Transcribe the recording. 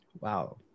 Wow